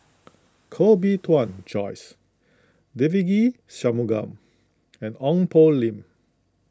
Koh Bee Tuan Joyce Devagi Sanmugam and Ong Poh Lim